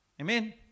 Amen